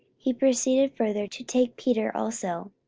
he proceeded further to take peter also.